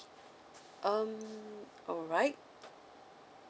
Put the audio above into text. um alright